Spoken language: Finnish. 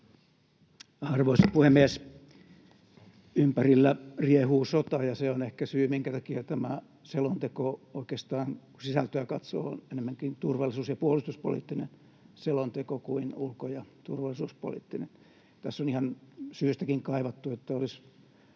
Arvoisa puhemies! Ympärillä riehuu sota, ja se on ehkä syy, minkä takia tämä selonteko oikeastaan, kun sisältöä katsoo, on enemmänkin turvallisuus- ja puolustuspoliittinen selonteko kuin ulko- ja turvallisuuspoliittinen. Tässä on ihan syystäkin kaivattu sitä, että olisi